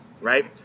right